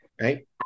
Right